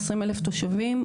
20,000 תושבים,